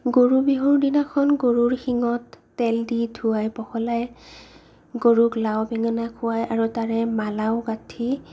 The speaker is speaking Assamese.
গৰুৰ বিহু দিনাখন গৰুৰ শিঙত তেল দি ধোৱাই পখলাই গৰুক লাউ বেঙেনা খোৱায় আৰু তাৰে মালাও গাঠি